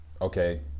okay